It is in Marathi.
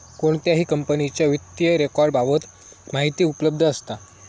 कोणत्याही कंपनीच्या वित्तीय रेकॉर्ड बाबत माहिती उपलब्ध असता